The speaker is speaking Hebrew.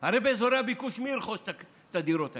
הרי באזורי הביקוש, מי ירכוש את הדירות האלה?